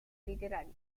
literarias